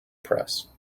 press